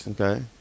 Okay